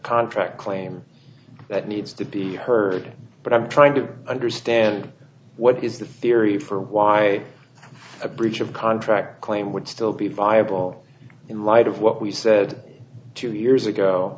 contract claim that needs to be heard but i'm trying to understand what is the theory for why a breach of contract claim would still be viable in light of what we said two years ago